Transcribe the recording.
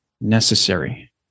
necessary